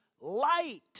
light